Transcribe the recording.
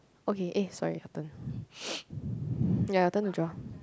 okay eh sorry your turn ya your turn to draw